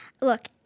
look